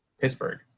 Pittsburgh